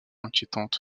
inquiétante